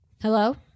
Hello